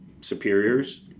superiors